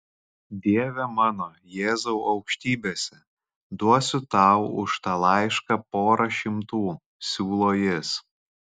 dieve mano jėzau aukštybėse duosiu tau už tą laišką porą šimtų siūlo jis